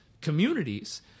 communities